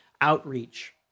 outreach